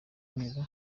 muller